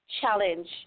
challenge